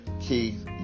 Keith